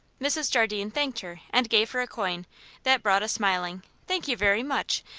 mrs. jardine thanked her and gave her a coin that brought a smiling thank you very much.